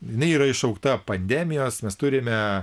jinai yra iššaukta pandemijos mes turime